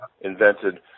invented